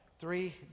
three